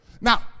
Now